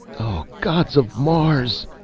oh gods of mars!